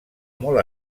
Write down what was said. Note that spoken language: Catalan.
molt